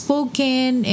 spoken